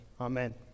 amen